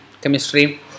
chemistry